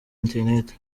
internet